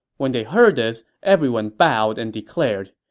when they heard this, everyone bowed and declared,